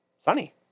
sunny